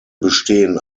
bestehen